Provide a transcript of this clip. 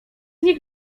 nich